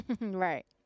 Right